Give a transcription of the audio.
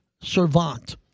servant